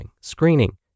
screening